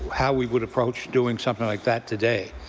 how we would approach doing something like that today.